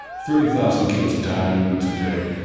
thirty thousand kids dying today.